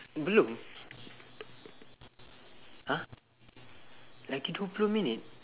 belum !huh! lagi dua puluh minit